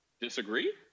disagree